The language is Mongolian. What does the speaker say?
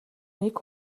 нэг